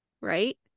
right